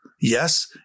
Yes